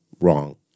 Wrong